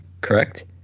correct